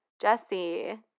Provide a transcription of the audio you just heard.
Jesse